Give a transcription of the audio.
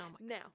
now